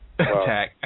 Attack